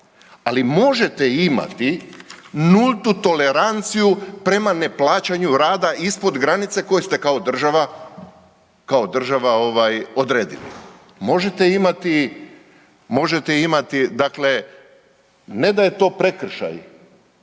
ali možete imati nultu toleranciju prema neplaćanju rada ispod granice koju ste kao država odredili. Možete imati dakle ne da je to prekršaj